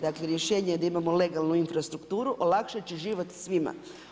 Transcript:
Dakle, rješenje je da imamo legalnu infrastrukturu, olakšat će život svima.